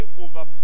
over